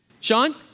Sean